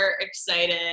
excited